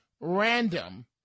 random